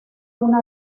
una